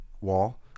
wall